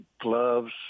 gloves